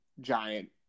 giant